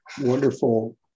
wonderful